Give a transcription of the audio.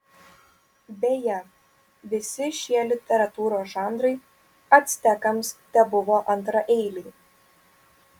beje visi šie literatūros žanrai actekams tebuvo antraeiliai